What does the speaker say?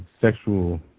sexual